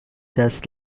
just